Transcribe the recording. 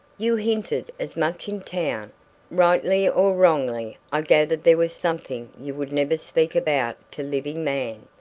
you hinted as much in town rightly or wrongly i gathered there was something you would never speak about to living man.